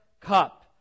Cup